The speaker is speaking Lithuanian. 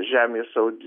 žemės audi